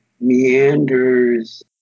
meanders